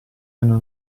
hanno